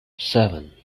seven